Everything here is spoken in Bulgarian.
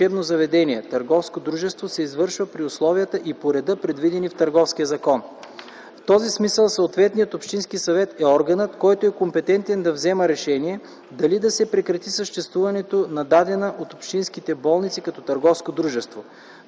В този смисъл съответният общински съвет е органът, който е компетентен да вземе решение дали да се прекрати съществуването на дадена общинска болница като